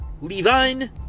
Levine